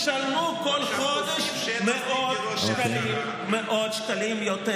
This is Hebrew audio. ישלמו בכל חודש מאות שקלים יותר.